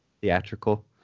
theatrical